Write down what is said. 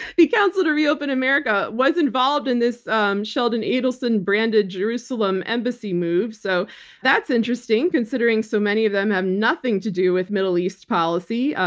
the council to reopen america was involved in this um sheldon adelson branded jerusalem embassy move, so that's interesting, considering so many of them have nothing to do with middle east policy,